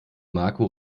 marco